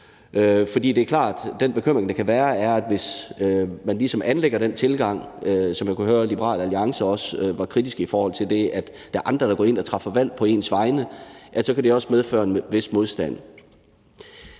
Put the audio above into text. For det er klart, at den bekymring, der kan være, er, at hvis man ligesom anlægger den tilgang, som man også kunne høre Liberal Alliance var kritiske over for, altså det med, at der er andre, der går ind og træffer valg på ens vegne, så kan det også medføre en vis modstand.